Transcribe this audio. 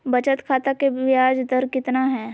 बचत खाता के बियाज दर कितना है?